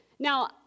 Now